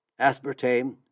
aspartame